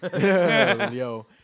Yo